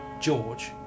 George